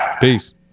peace